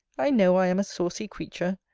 i know i am a saucy creature.